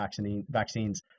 vaccines